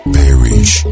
perish